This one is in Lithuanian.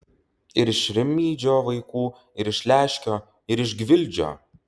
ir iš rimydžio vaikų ir iš leškio ir iš gvildžio